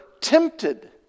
tempted